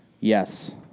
Yes